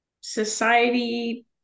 society